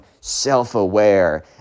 self-aware